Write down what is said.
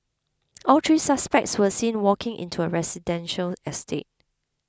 all three suspects were seen walking into a residential estate